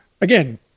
Again